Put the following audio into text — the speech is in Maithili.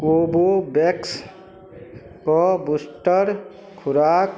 कोबोवैक्सके बूस्टर खोराक